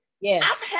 Yes